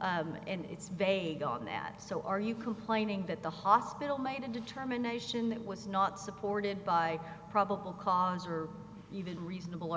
and it's vague on that so are you complaining that the hospital made a determination that was not supported by probable cause or even reasonable